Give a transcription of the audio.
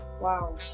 wow